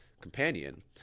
companion